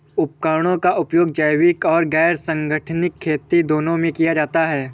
उपकरणों का उपयोग जैविक और गैर संगठनिक खेती दोनों में किया जाता है